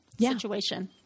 Situation